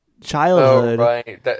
childhood